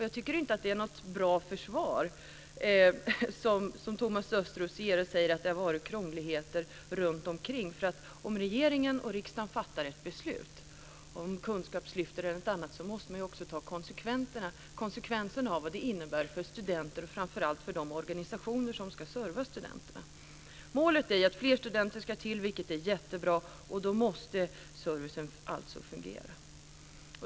Jag tycker inte att det är ett bra försvar från Thomas Östros att säga att det har varit krångligheter runtomkring. Om regeringen och riksdagen fattar ett beslut om Kunskapslyftet eller något annat, måste man ju också ta konsekvenserna av vad det innebär för studenter och, framför allt, för de organisationer som ska serva studenterna. Målet är att fler studenter ska till, vilket är mycket bra, men då måste servicen fungera.